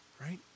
Right